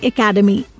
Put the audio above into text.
Academy